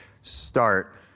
Start